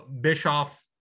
Bischoff